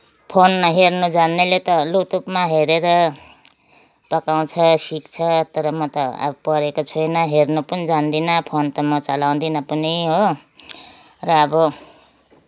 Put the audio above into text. phone हेर्न जान्नेले त युट्युबमा हेरेर पकाउँछ सिक्छ तर म त पढेको छुइनँ हेर्न पनि जान्दिनँ फोन त म चलाउँदिनँ पनि हो र अब